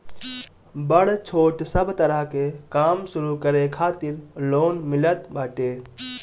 बड़ छोट सब तरह के काम शुरू करे खातिर लोन मिलत बाटे